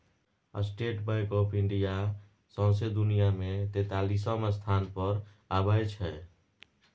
state Bank of India सौंसे दुनियाँ मे तेतालीसम स्थान पर अबै छै